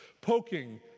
Poking